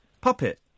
puppet